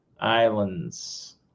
Islands